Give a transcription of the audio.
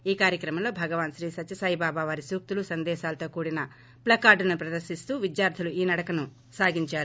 ఈ కార్యక్రమంలో భగవాన్ శ్రీ సత్యసాయిబాబా వారి సూక్తులు సందేశాలతో కూడిన ప్లకార్దులను ప్రదర్పిస్తూ విద్యార్గులు ఈ నడక సాగించారు